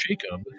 Jacob